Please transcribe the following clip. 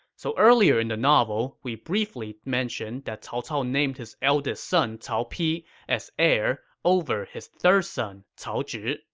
so earlier in the novel, we briefly mentioned that cao cao named his eldest son cao pi as heir over his third son, cao zhi.